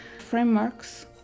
frameworks